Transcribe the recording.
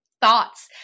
thoughts